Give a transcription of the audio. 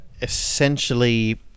essentially